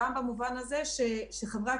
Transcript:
אם יש עוד שאלות לסקירה הזו אני אשמח,